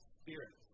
spirit